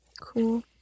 Cool